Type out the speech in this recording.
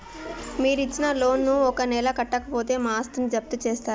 మీరు ఇచ్చిన లోన్ ను ఒక నెల కట్టకపోతే మా ఆస్తిని జప్తు చేస్తరా?